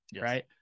right